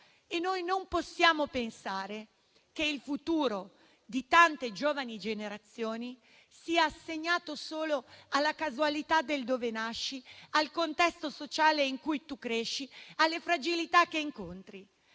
Noi non possiamo pensare che il futuro di tante giovani generazioni sia assegnato solo alla casualità del luogo di nascita, al contesto sociale in cui si cresce, alle fragilità che si incontrano.